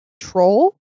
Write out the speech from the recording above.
Troll